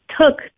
took